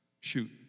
Shoot